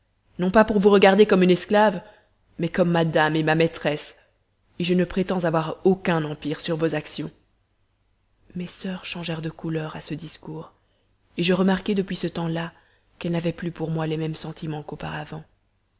non pas pour vous regarder comme une esclave mais comme ma dame et ma maîtresse et je ne prétends avoir aucun empire sur vos actions mes soeurs changèrent de couleur à ce discours et je remarquai depuis ce temps-là qu'elles n'avaient plus pour moi les mêmes sentiments qu'auparavant